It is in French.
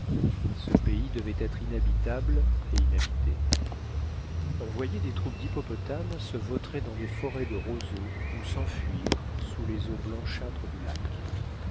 ce pays devait être inhabitable et inhabité on voyait des troupes d'hippopotames se vautrer dans des forêts de roseaux ou s'enfuir sous les eaux blanchâtres du lac